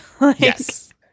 Yes